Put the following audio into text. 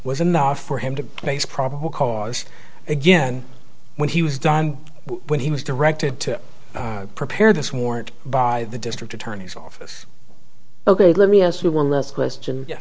was enough for him to face probable cause again when he was done when he was directed to prepare this warrant by the district attorney's office ok let me ask you one last question ye